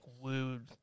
wooed